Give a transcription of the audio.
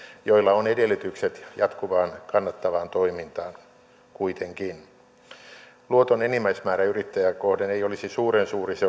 joilla on kuitenkin edellytykset jatkuvaan kannattavaan toimintaan luoton enimmäismäärä yrittäjää kohden ei olisi suuren suuri se